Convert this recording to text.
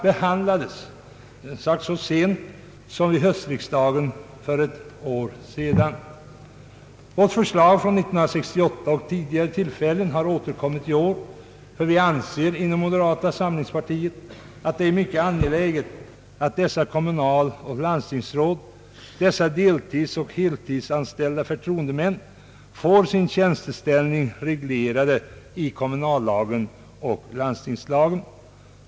Vårt förslag från 1968 och tidigare tillfällen har återkommit i år, ty vi anser inom moderata samlingspartiet att det är mycket angeläget att kommunaloch landstingsråd, dessa deltidseller heltidsanställda förtroendemän, får sin tjänsteställning reglerad i kommunallagen och landstingslagen.